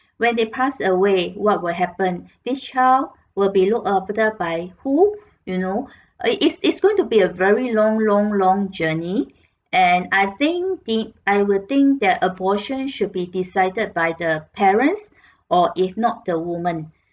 when they passed away what will happen this child will be looked after by who you know it's it's it's going to be a very long long long journey and I think I will think that abortion should be decided by the parents or if not the woman